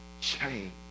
change